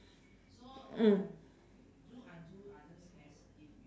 mm